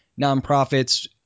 nonprofits